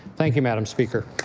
thank you madam speaker.